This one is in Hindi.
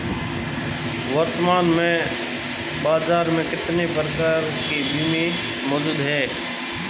वर्तमान में बाज़ार में कितने प्रकार के बीमा मौजूद हैं?